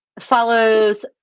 follows